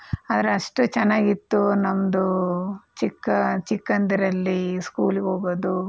ಅರೆ ಅಷ್ಟು ಚೆನ್ನಾಗಿತ್ತು ನಮ್ದು ಚಿಕ್ಕ ಚಿಕ್ಕಂದಿನಲ್ಲಿ ಸ್ಕೂಲ್ಗೆ ಹೋಗೋದು